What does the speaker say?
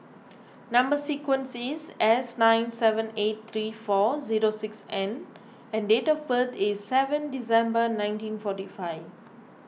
Number Sequence is S nine seven eight three four zero six N and date of birth is seven December nineteen forty five